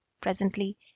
Presently